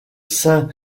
saint